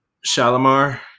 Shalimar